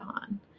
on